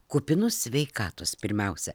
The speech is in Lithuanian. kupinų sveikatos pirmiausia